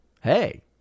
Hey